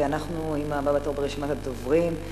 אנחנו עם הבא בתור ברשימת הדוברים,